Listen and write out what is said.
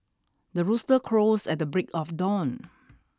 the rooster crows at the break of dawn